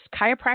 chiropractic